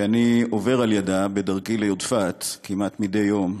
שאני עובר לידה בדרכי ליודפת כמעט מדי יום,